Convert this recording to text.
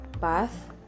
bath